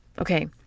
Okay